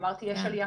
אמרתי שיש עלייה